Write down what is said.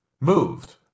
moved